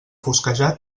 fosquejar